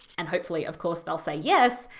and hopefully, of course, they'll say yes,